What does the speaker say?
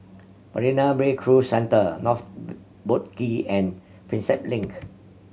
Marina Bay Cruise Centre North Boat Quay and Prinsep Link